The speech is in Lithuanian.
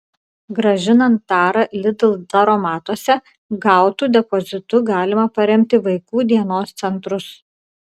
grąžinant tarą lidl taromatuose gautu depozitu galima paremti vaikų dienos centrus